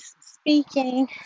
speaking